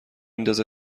ندازه